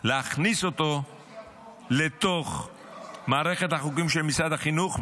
להכניס אותו לתוך מערכת החוקים של משרד החינוך,